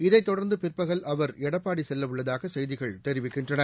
இதை தொடர்ந்து பிற்பகல் அவர் எடப்பாடி செல்ல உள்ளதாகசெய்திகள் தெரிவிக்கின்றன